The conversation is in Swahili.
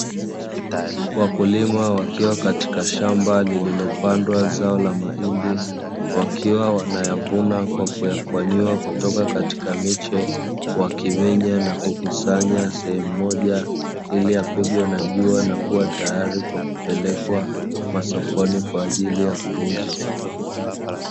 Wakulima wakiwa katika shamba lililopandwa zao la mahindi, wakiwa wanayavuna kwa kuyakwanyuwa kutoka katika miche, wakimenya na kukusanya sehemu moja ili yapigwe na jua na kuwa tayari kwa kupelekwa masokoni kwa ajili ya kuuzwa.